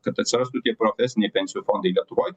kad atsirastų tie profesiniai pensijų fondai lietuvoj